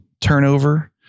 turnover